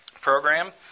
program